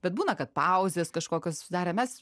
bet būna kad pauzės kažkokios susidarę mes